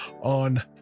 on